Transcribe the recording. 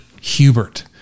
Hubert